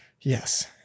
Yes